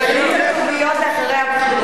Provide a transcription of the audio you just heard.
אני, הם מכינים את הכתוביות לאחרי הבחירות.